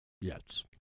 yes